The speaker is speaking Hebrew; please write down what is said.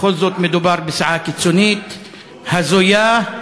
בכל זאת מדובר בסיעה קיצונית, הזויה,